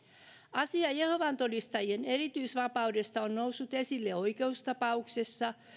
asia jehovan todistajien erityisvapaudesta on noussut esille oikeustapauksessa